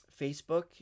Facebook